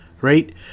Right